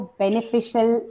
beneficial